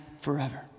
forever